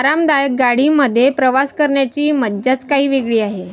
आरामदायक गाडी मध्ये प्रवास करण्याची मज्जाच काही वेगळी आहे